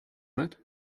that